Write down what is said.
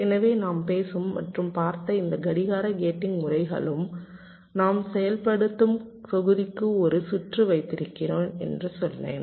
எனவே நாம் பேசும் மற்றும் பார்த்த எந்த கடிகார கேட்டிங் முறைகளுக்கும் நான் செயல்பாட்டுத் தொகுதிக்கு ஒரு சுற்று வைத்திருக்கிறேன் என்று சொன்னேன்